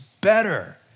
better